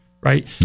right